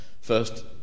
First